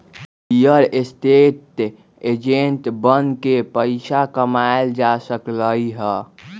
real estate agent बनके पइसा कमाएल जा सकलई ह